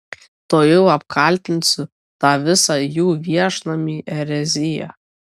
tuojau apkaltinsiu tą visą jų viešnamį erezija